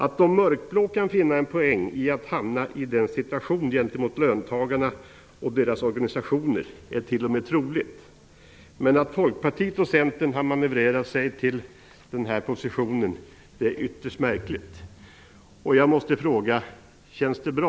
Att de mörkblå kan finna en poäng i att hamna i denna situation gentemot löntagarna och deras organisationer är t.o.m. troligt, men att Folkpartiet och Centern har manövrerat sig till denna position är ytterst märkligt. Jag måste fråga: Känns det bra,